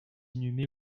inhumé